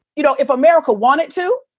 you know, if america wanted to,